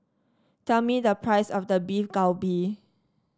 tell me the price of the Beef Galbi